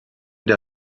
der